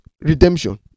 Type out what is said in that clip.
redemption